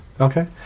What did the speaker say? Okay